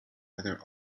whether